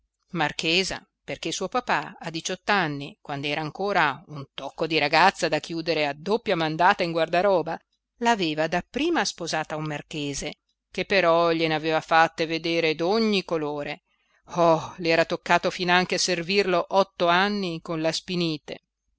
marchesa perché suo papà a diciott'anni quand'era ancora un tocco di ragazza da chiudere a doppia mandata in guardaroba l'aveva dapprima sposata a un marchese che però glien'aveva fatte vedere d'ogni colore oh le era toccato finanche a servirlo otto anni con la spinite